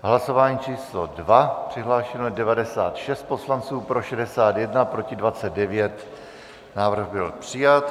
Hlasování číslo 2, přihlášeno je 96 poslanců, pro 61, proti 29, návrh byl přijat.